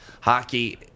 hockey